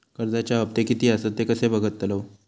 कर्जच्या हप्ते किती आसत ते कसे बगतलव?